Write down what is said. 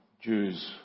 Jews